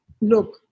look